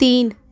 تین